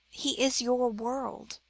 he is your world,